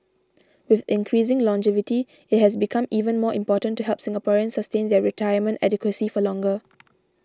with increasing longevity it has become even more important to help Singaporeans sustain their retirement adequacy for longer